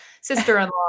Sister-in-law